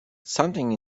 something